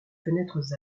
fenêtres